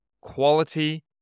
quality